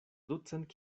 ducent